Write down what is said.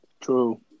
True